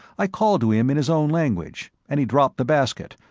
i called to him in his own language, and he dropped the basket,